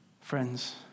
Friends